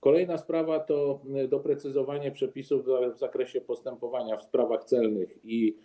Kolejna sprawa to doprecyzowanie przepisów w zakresie postępowania w sprawach celnych i